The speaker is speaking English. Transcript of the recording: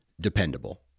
dependable